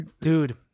Dude